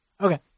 Okay